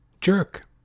jerk